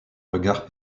regard